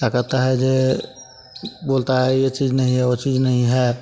क्या कहता है यह बोलता है यह चीज़ नहीं वह चीज़ नहीं है